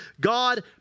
God